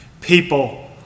people